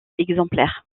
exemplaires